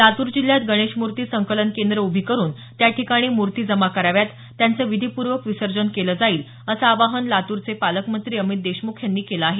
लातूर जिल्ह्यात गणेश मूर्ती संकलन केंद्र उभी करून त्या ठिकाणी मूर्ती जमा कराव्यात त्यांचे विधीपूर्वक विसर्जन केले जाईल असं आवाहन लातूरचे पालकमंत्री अमित देशमुख यांनी केलं आहे